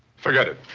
forget it!